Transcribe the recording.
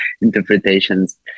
interpretations